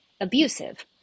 abusive